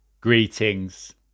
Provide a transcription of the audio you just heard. Greetings